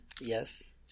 Yes